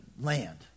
land